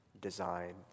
design